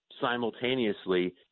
simultaneously